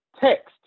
Text